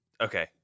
okay